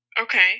Okay